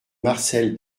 marcel